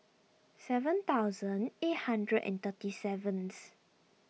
seven thousand eight hundred and thirty seventh